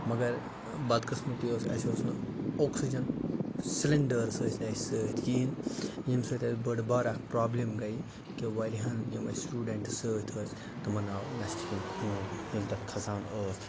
مگر بد قٕسمٔتی أسۍ اَسہِ اوس نہٕ آکسیجن سِلینڈٲرٕس ٲسۍ نہٕ اَسہِ سۭتۍ کِہیٖنۍ ییٚمہِ سۭتۍ اَسہِ بٔڑ بارٕ اَکھ پرٛابلِم گٔے کہِ وارِیاہن یِم اَسہِ سِٹوڈنٹٕس سۭتۍ ٲسۍ تِمن آو نستہِ کِنۍ خون ییٚلہِ تَتھ کھسان ٲسۍ